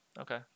Okay